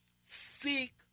seek